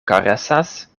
karesas